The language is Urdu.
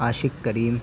عاشق کریم